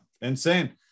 Insane